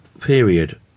period